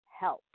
help